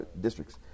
districts